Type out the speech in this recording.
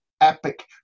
epic